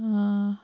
اۭں